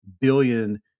billion